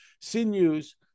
sinews